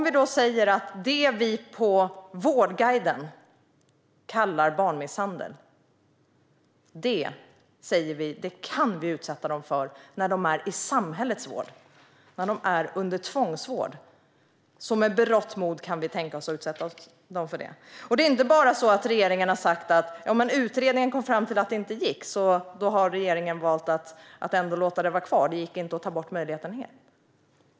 Vi säger att det som på Vårdguiden kallas barnmisshandel kan barn och ungdomar utsättas för när de är i samhällets vård - under tvångsvård. Vi kan med berått mod tänka oss att utsätta dem för det. Regeringen har inte sagt att utredningen kom fram till att det inte gick, och därför har regeringen valt att låta möjligheten finnas kvar. Det gick inte att ta bort den helt.